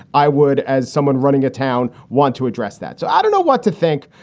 i would as someone running a town, want to address that. so i don't know what to think.